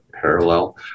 parallel